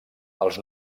els